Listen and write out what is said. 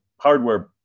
hardware